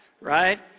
right